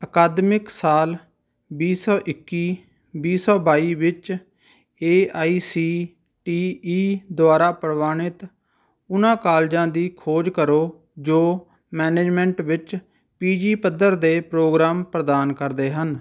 ਅਕਾਦਮਿਕ ਸਾਲ ਵੀਹ ਸੌ ਇੱਕੀ ਵੀਹ ਸੌ ਬਾਈ ਵਿੱਚ A I C T E ਦੁਆਰਾ ਪ੍ਰਵਾਨਿਤ ਉਹਨਾਂ ਕਾਲਜਾਂ ਦੀ ਖੋਜ ਕਰੋ ਜੋ ਮੈਨਜਮੈਂਟ ਵਿੱਚ ਪੀ ਜੀ ਪੱਧਰ ਦੇ ਪ੍ਰੋਗਰਾਮ ਪ੍ਰਦਾਨ ਕਰਦੇ ਹਨ